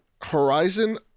Horizon